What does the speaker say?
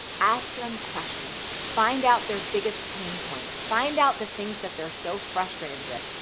ask them questions. find out their biggest pain points. find out the things that they're so frustrated with.